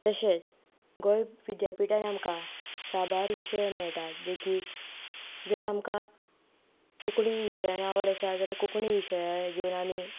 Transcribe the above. तशेंच गोंय विद्यापिठांत आमकां साबार विशय मेळटात देखीक जर आमकां कोंकणी विशयांत आवड आसा जाल्यार कोंकणी विशय घेवन आमी